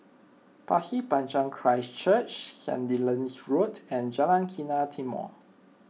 Pasir Panjang Christ Church Sandilands Road and Jalan Kilang Timor